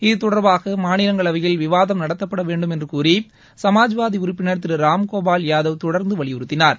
இத்தொடர்பாக மாநிலங்களவையில் விவாதம் நடத்தப்பட வேண்டும் என்று கூறி சமாஜ்வாதி உறுப்பினர் திரு ராம்கோபால் யாதவ் தொடர்ந்து வலியுறுத்தினார்